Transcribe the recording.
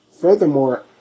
Furthermore